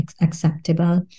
acceptable